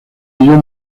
ello